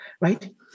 right